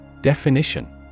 Definition